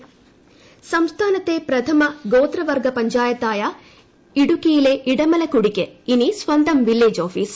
Edamalakkudi intro സംസ്ഥാനത്തെ പ്രഥമ ഗോത്രവർഗ്ഗ പഞ്ചായത്തായ ഇടുക്കിയിലെ ഇടമലക്കുടിക്ക് ഇനി സ്വന്തം വില്ലേജ് ഓഫീസ്